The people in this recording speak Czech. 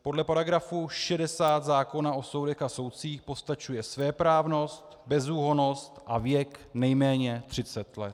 Podle § 60 zákona o soudech a soudcích postačuje svéprávnost, bezúhonnost a věk nejméně třicet let.